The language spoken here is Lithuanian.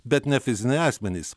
bet ne fiziniai asmenys